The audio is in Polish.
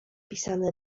pisane